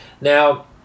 Now